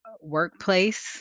workplace